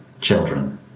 children